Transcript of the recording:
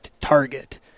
Target